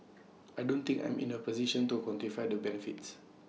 I don't think I'm in A position to quantify the benefits